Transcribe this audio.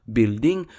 building